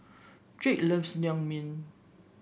Drake loves Naengmyeon